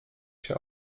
się